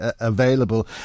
available